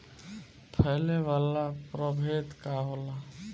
फैले वाला प्रभेद का होला?